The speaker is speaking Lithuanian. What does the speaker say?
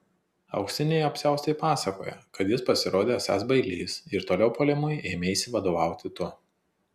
auksiniai apsiaustai pasakoja kad jis pasirodė esąs bailys ir toliau puolimui ėmeisi vadovauti tu